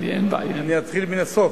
אני אתחיל מהסוף.